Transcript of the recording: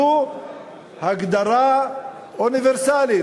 זו הגדרה אוניברסלית.